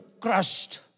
crushed